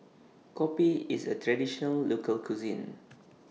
Kopi IS A Traditional Local Cuisine